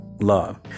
Love